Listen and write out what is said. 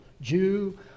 Jew